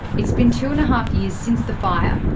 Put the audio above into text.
it's been two and a half years since the fire,